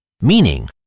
meaning